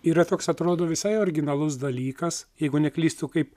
yra toks atrodo visai originalus dalykas jeigu neklystu kaip